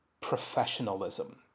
professionalism